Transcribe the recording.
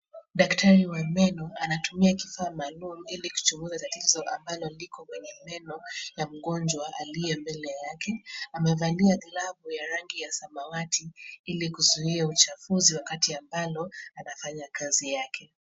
Daktari wa meno anatumia kifaa maalum ili kuchunguza tatizo ambalo liko kwenye meno ya mgonjwa aliye mbele yake. Amevalia glavu ya rangi ya samawati ili kuzuia uchafuzi wakati ambalo anafanya kazi yake.